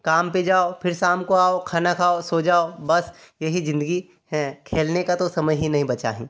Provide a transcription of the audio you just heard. काम पर जाओ फिर शाम को आओ खाना खाओ सो जाओ बस यही जिंदगी है खेलने का तो समय ही नहीं बचा है